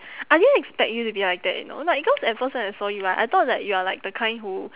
I didn't expect you to be like that you know like cause at first when I saw you right I thought that you are like the kind who